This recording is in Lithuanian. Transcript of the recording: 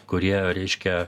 kurie reiškia